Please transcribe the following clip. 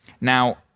Now